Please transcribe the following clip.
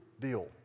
deal